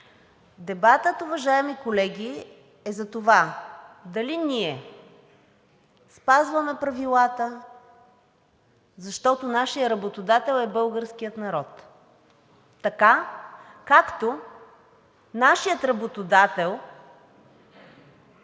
Дебатът, уважаеми колеги, е за това дали ние спазваме правилата, защото нашият работодател е българският народ – така, както нашият работодател, като